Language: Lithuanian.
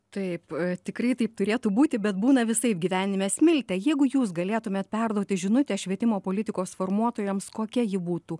taip tikrai taip turėtų būti bet būna visaip gyvenime smilte jeigu jūs galėtumėt perduoti žinutę švietimo politikos formuotojams kokia ji būtų